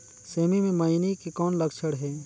सेमी मे मईनी के कौन लक्षण हे?